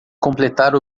completar